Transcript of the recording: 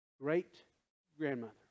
great-grandmother